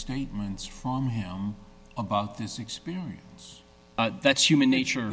statements from him about this experience that's human nature